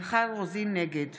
נגד